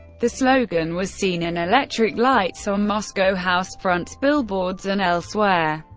the slogan was seen in electric lights on moscow house-fronts, billboards and elsewhere.